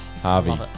Harvey